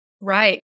Right